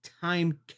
time